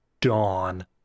Dawn